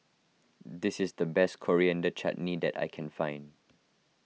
this is the best Coriander Chutney that I can find